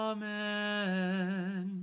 Amen